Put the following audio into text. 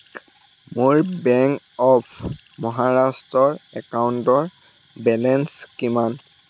মোৰ bank of মহাৰাষ্ট্ৰৰ একাউণ্টৰ বেলেঞ্চ কিমান